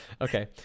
okay